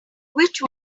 which